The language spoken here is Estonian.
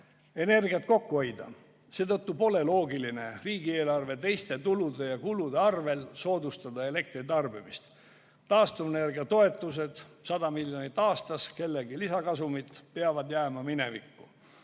energiat kokku hoida, seetõttu pole loogiline riigieelarve teiste tulude ja kulude arvel soodustada elektri tarbimist. Taastuvenergia toetused 100 miljonit eurot aastas kellegi lisakasumi [huvides] peavad jääma minevikku.